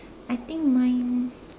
I think mine